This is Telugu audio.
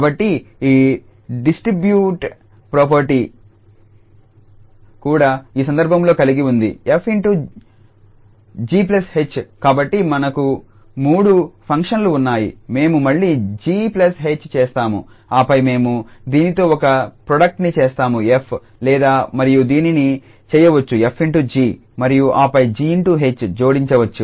కాబట్టి ఈ డిస్ట్రిబ్యూటివ్ ప్రాపర్టీ కూడా ఈ సందర్భంలో కలిగి ఉంది 𝑓∗𝑔ℎ కాబట్టి మనకు మూడు ఫంక్షన్లు ఉన్నాయిమేము మళ్లీ 𝑔ℎ చేస్తాము ఆపై మేము దీనితో ఒక ప్రోడక్ట్ ని చేస్తాము 𝑓 లేదా మేము దీన్ని చేయవచ్చు 𝑓∗𝑔 మరియు ఆపై 𝑓∗ℎ జోడించండి